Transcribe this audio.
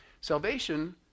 Salvation